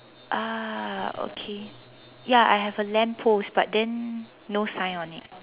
ah okay ya I have a lamp post but then no sign on it